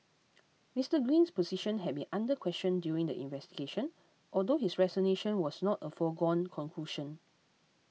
Mister Green's position had been under question during the investigation although his resignation was not a foregone conclusion